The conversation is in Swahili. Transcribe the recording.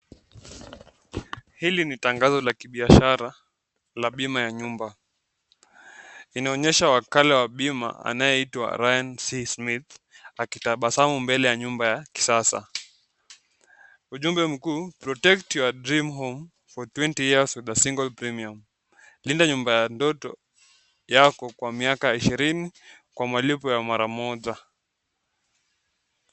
Hili ni tangazo la kibiashara la bima ya nyumba. Inaonyesha wakala wa bima anayeitwa Ryan C. Smith, akitabasamu mbele ya nyumba ya kisasa. Ujumbe mkuu, protect your dream home for twenty years with a single premium. Linda nyumba ya ndoto yako kwa miaka ishirini kwa malipo ya mara moja.